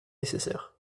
nécessaires